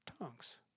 Tongues